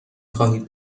خواهید